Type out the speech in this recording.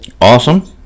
Awesome